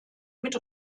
mit